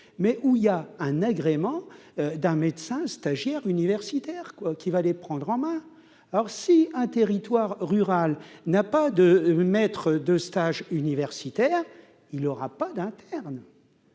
mais où il y a un agrément d'un médecin stagiaire universitaires quoi qui va les prendre en main, alors si un territoire rural n'a pas de maître de stage, universitaire, il aura pas d'internes.